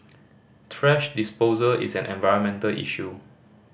thrash disposal is an environmental issue